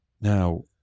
Now